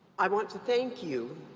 i want to thank you,